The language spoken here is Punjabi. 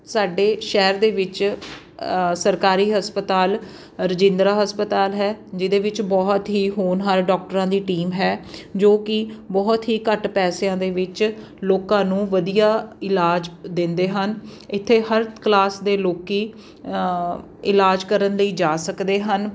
ਸਾਡੇ ਸ਼ਹਿਰ ਦੇ ਵਿੱਚ ਸਰਕਾਰੀ ਹਸਪਤਾਲ ਰਜਿੰਦਰਾ ਹਸਪਤਾਲ ਹੈ ਜਿਹਦੇ ਵਿੱਚ ਬਹੁਤ ਹੀ ਹੋਣਹਾਰ ਡੋਕਟਰਾਂ ਦੀ ਟੀਮ ਹੈ ਜੋ ਕਿ ਬਹੁਤ ਹੀ ਘੱਟ ਪੈਸਿਆਂ ਦੇ ਵਿੱਚ ਲੋਕਾਂ ਨੂੰ ਵਧੀਆ ਇਲਾਜ ਦਿੰਦੇ ਹਨ ਇੱਥੇ ਹਰ ਕਲਾਸ ਦੇ ਲੋਕੀਂ ਇਲਾਜ ਕਰਨ ਲਈ ਜਾ ਸਕਦੇ ਹਨ